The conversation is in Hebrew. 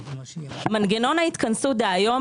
מנגנון ההתכנסות של היום,